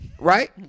right